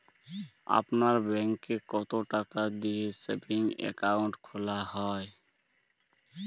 আপনার ব্যাংকে কতো টাকা দিয়ে সেভিংস অ্যাকাউন্ট খোলা হয়?